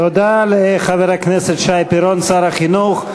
תודה לחבר הכנסת שי פירון, שר החינוך.